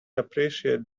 appreciate